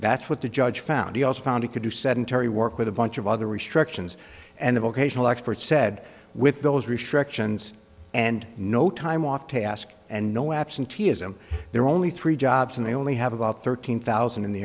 that's what the judge found he also found he could do sedentary work with a bunch of other restrictions and the vocational expert said with those restrictions and no time off task and no absenteeism there are only three jobs and they only have about thirteen thousand in the